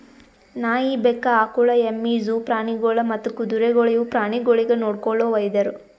ನಾಯಿ, ಬೆಕ್ಕ, ಆಕುಳ, ಎಮ್ಮಿ, ಜೂ ಪ್ರಾಣಿಗೊಳ್ ಮತ್ತ್ ಕುದುರೆಗೊಳ್ ಇವು ಪ್ರಾಣಿಗೊಳಿಗ್ ನೊಡ್ಕೊಳೋ ವೈದ್ಯರು